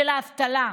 של האבטלה.